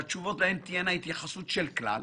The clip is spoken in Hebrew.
שהתשובות להן תהיינה התייחסות של כלל,